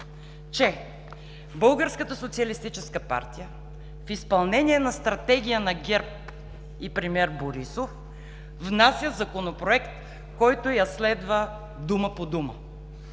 партия в изпълнение на Стратегия на ГЕРБ и премиер Борисов внася Законопроект, който я следва дума по дума.